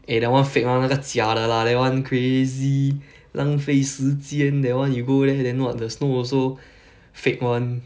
eh that [one] fake [one] 那个假的 that [one] crazy 浪费时间 that [one] you go then then what the snow also fake [one]